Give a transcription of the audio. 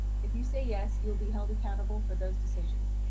if you say yes, you'll be held accountable for those decisions.